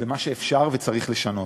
במה שאפשר וצריך לשנות.